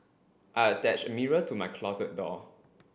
I attached a mirror to my closet door